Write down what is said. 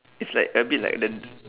it's like a bit like the d~